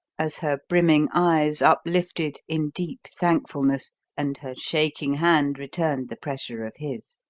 as her brimming eyes uplifted in deep thankfulness and her shaking hand returned the pressure of his.